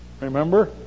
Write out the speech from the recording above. Remember